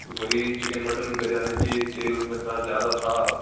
وہی chicken mutton biryani تھی تیل اُس میں اتنا زیادہ تھا اب